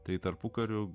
tai tarpukariu